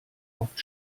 oft